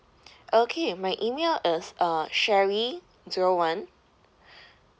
okay my email is uh sherry zero one